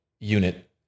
unit